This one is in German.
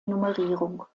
nummerierung